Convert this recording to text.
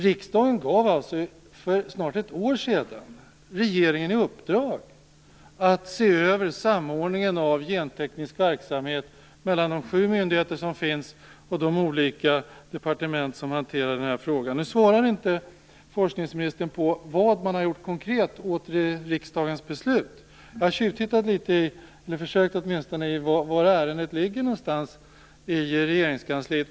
Riksdagen gav alltså för snart ett år sedan regeringen i uppdrag att se över samordningen av genteknisk verksamhet mellan de sju myndigheter som finns och de olika departement som hanterar den här frågan. Nu svarar inte forskningsministern på frågan om vad man konkret har gjort åt riksdagens beslut. Jag har försökt tjuvtitta för att se var ärendet ligger i Regeringskansliet.